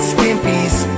Stimpy's